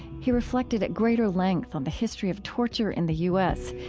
he reflected at greater length on the history of torture in the u s.